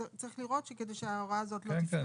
צריך לראות שכדי שההוראה הזאת לא תפקע.